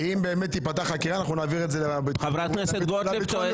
אם באמת תיפתח חקירה אנחנו נעביר את זה לביטחון לאומי.